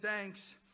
thanks